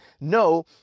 No